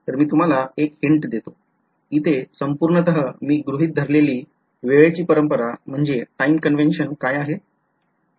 तर मी तुम्हाला एक हिंट देतो इथे संपूर्णतः मी गृहीत धरलेली वेळेची परंपरा काय आहे